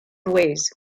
ways